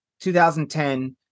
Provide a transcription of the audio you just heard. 2010